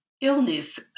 Illness